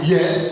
Yes